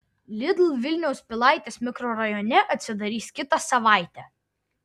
lidl vilniaus pilaitės mikrorajone atsidarys kitą savaitę